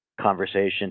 conversation